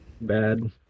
bad